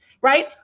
Right